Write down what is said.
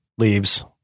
leaves